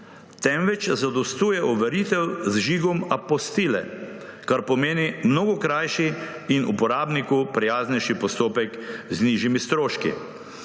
temveč zadostuje overitev z žigom apostile, kar pomeni mnogo krajši in uporabniku prijaznejši postopek z nižjimi stroški.